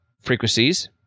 frequencies